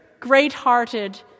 great-hearted